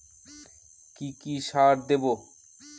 কি কি সার দেবো?